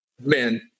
man